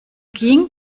ging